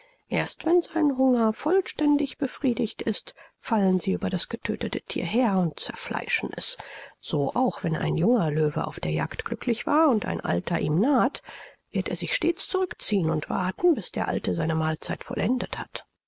erst wenn sein hunger vollständig befriedigt ist fallen sie über das getödtete thier her und zerfleischen es so auch wenn ein junger löwe auf der jagd glücklich war und ein alter ihm naht wird er sich stets zurückziehen und warten bis der alte seine mahlzeit vollendet hat